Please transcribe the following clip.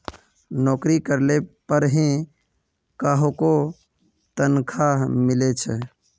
नोकरी करले पर ही काहको तनखा मिले छे